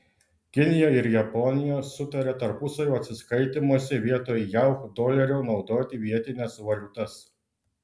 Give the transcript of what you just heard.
kinija ir japonija sutarė tarpusavio atsiskaitymuose vietoj jav dolerio naudoti vietines valiutas